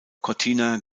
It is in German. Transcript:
cortina